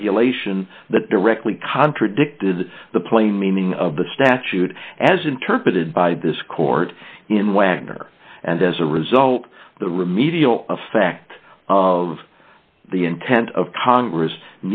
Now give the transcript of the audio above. regulation that directly contradicted the plain meaning of the statute as interpreted by this court in wagner and as a result the remedial effect of the intent of congress